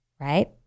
Right